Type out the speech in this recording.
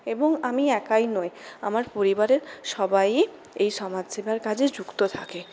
এবং আমি একাই নই পরিবারের সবাই ই এই সমাজ সেবার কাজে যুক্ত থাকে